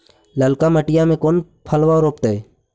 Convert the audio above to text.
ललका मटीया मे कोन फलबा रोपयतय?